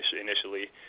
initially